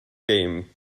game